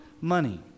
money